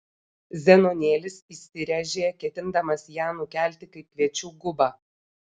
zenonėlis įsiręžė ketindamas ją nukelti kaip kviečių gubą